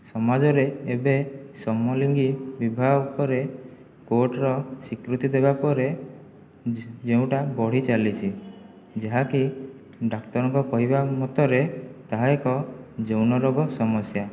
ସମାଜରେ ଏବେ ସମଲିଙ୍ଗୀ ବିବାହ ଉପରେ କୋର୍ଟର ସ୍ୱୀକୃତି ଦେବା ପରେ ଯେଉଁଟା ବଢ଼ି ଚାଲିଛି ଯାହାକି ଡାକ୍ତରଙ୍କ କହିବା ମତରେ ତାହା ଏକ ଯୌନରୋଗ ସମସ୍ୟା